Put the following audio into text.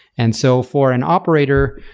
and so, for an operator,